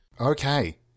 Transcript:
Okay